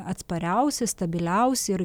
atspariausi stabiliausi ir